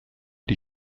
die